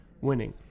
winning